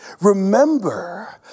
Remember